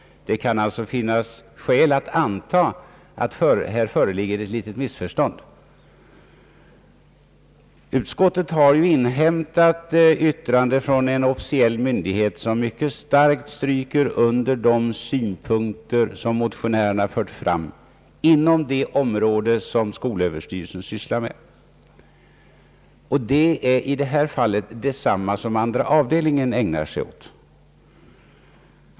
Det finns alltså skäl att anta att här föreligger ett litet missförstånd. Utskottet har ju inhämtat yttrande från en officiell myndighet, som mycket starkt understryker de synpunkter motionärerna fört fram beträffande det område som myndigheten i fråga sysslar med, d.v.s. samma område som statsutskottets andra avdelning ägnar sig åt.